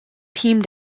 team